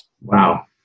Wow